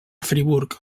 friburg